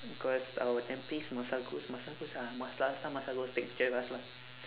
cause our M_Ps masagos masagos ah masagos masagos take picture with us lor